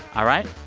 all right?